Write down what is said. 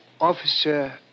Officer